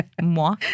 Moi